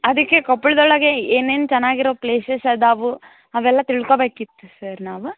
ಅದಕ್ಕೆ ಕೊಪ್ಪಳದೊಳಗೆ ಏನೇನು ಚೆನ್ನಾಗಿರೋ ಪ್ಲೇಸಸ್ ಅದಾವು ಅವೆಲ್ಲ ತಿಳ್ಕೊಳ್ಬೇಕಿತ್ತು ಸರ್ ನಾವು